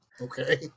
okay